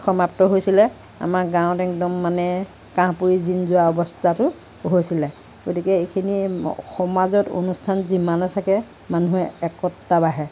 সমাপ্ত হৈছিলে আমাৰ গাঁৱত একদম মানে কাঁহ পৰি জিন যোৱা অৱস্থাটো হৈছিলে গতিকে এইখিনি সমাজত অনুষ্ঠান যিমানে থাকে মানুহে একতা বাঢ়ে